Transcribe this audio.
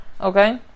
okay